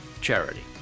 charity